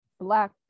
black